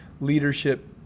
leadership